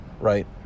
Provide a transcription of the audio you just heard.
right